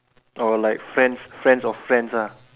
oh like friends friends of friends ah